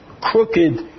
crooked